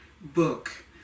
book